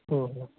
ᱦᱮᱸ